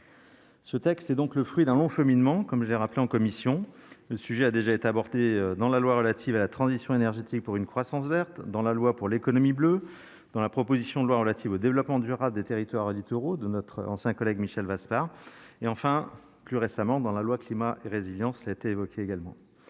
Ce texte est donc le fruit d'un long cheminement, comme je l'ai rappelé en commission. Le sujet a déjà été abordé dans la loi relative à la transition énergétique pour une croissance verte, dans la loi pour l'économie bleue, dans la proposition de loi relative au développement durable des territoires littoraux de notre ancien collègue Michel Vaspart, et enfin, plus récemment, dans la loi Climat et résilience. Il aura fallu attendre